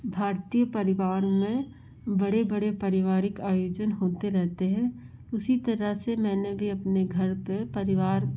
भारतीय परिवार में बड़े बड़े परिवारिक आयोजन होते रहते हैं उसी तरह से मैंने भी अपने घर पर परिवार